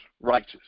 righteous